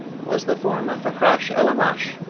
was the form of fakrash-el-aamash,